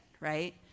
right